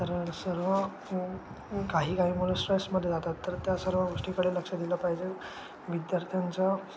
तर सर्व काही काही मुलं स्ट्रेसमध्ये जातात तर त्या सर्व गोष्टीकडे लक्ष दिलं पाहिजे विद्यार्थ्यांचं